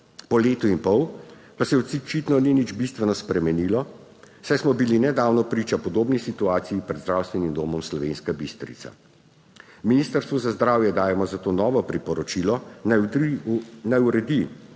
Po letu in pol pa se očitno ni nič bistveno spremenilo, saj smo bili nedavno priča podobni situaciji pred Zdravstvenim domom Slovenska Bistrica. Ministrstvu za zdravje dajemo za to novo priporočilo, naj uredi